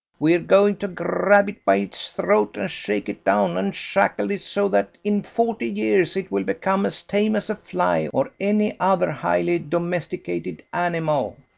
we're going to grab it by its throat, and shake it down, and shackle it so that in forty years it will become as tame as a fly or any other highly domesticated animal.